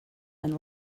and